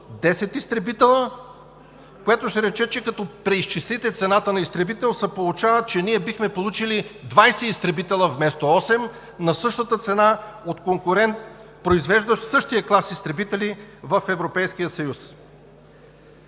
10 изтребителя, което ще рече, че като преизчислите цената на изтребител се получава, че ние бихме получили 20 изтребителя вместо 8 на същата цена от конкурент, произвеждащ същия клас изтребители в Европейския съюз.